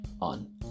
on